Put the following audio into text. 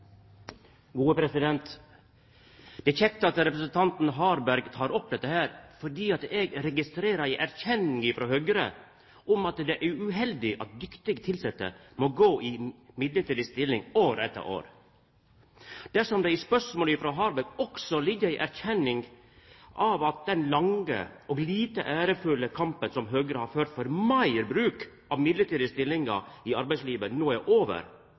Harberg tek opp dette. Eg registrerer ei erkjenning frå Høgre, at det er uheldig at dyktige tilsette må gå i midlertidige stillingar år etter år. Dersom det i spørsmålet frå Harberg også ligg ei erkjenning av at den lange og lite ærefulle kampen som Høgre har ført for meir bruk av midlertidige stillingar i arbeidslivet, no er over,